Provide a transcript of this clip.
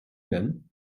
nennen